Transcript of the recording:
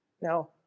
Now